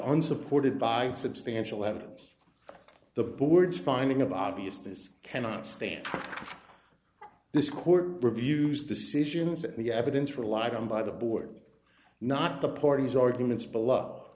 unsupported by substantial evidence the board's finding of r b s this cannot stand this court reviews decisions that me evidence relied on by the board not the parties arguments below